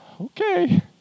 okay